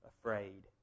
Afraid